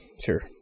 sure